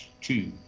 two